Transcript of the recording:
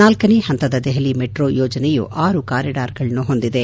ನಾಲ್ಲನೇ ಹಂತದ ದೆಹಲಿ ಮೆಟ್ರೋ ಯೋಜನೆಯು ಆರು ಕಾರಿಡಾರ್ಗಳನ್ನು ಹೊಂದಿದೆ